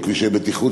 או כבישי בטיחות,